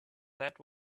that